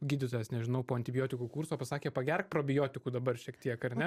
gydytojas nežinau po antibiotikų kurso pasakė pagerk probiotikų dabar šiek tiek ar ne